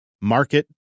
market